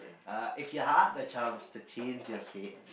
uh if you had the chance to change your fate